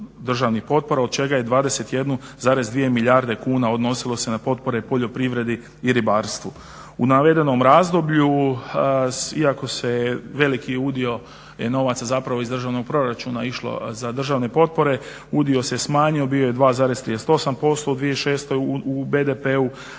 od čega je 21,2 milijarde kuna odnosilo se na potpore poljoprivredi i ribarstvu. U navedenom razdoblju iako se veliki udio novaca je iz državnog proračuna išlo za državne potpore udio se smanjio, bio je 2,38% u 2006.u BDP-u,